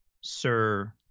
Sir